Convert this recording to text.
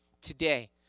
today